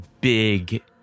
big